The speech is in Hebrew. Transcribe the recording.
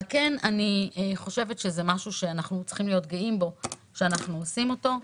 אני חושבת שזה משהו שאנחנו צריכים להיות גאים שאנחנו עושים אותו.